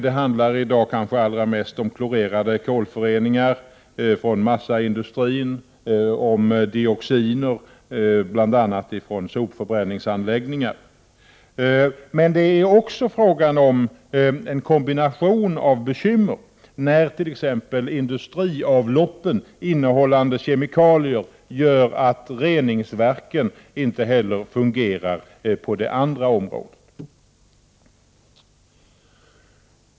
Det handlar i dag kanske allra mest om klorerade kolföreningar från massaindustrin och om dioxiner från bl.a. sopförbränningsanläggningar. Men det är även här fråga om en kombination av bekymmer, som t.ex. att industriavloppen innehåller kemikalier, vilket gör att reningsverken inte heller fungerar på det andra området.